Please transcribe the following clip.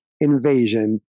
Invasion